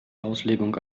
auslegung